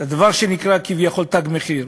דבר שנקרא כביכול "תג מחיר".